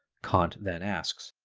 kant then asks,